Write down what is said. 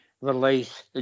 release